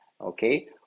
Okay